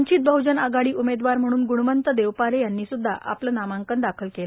वंचित बहजन आघाडी उमेदवार म्हणून गूणवंत देवपारे यांनी सुद्धा आपला नामांकन दाखल केला